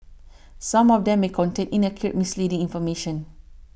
some of them may contain inaccurate misleading information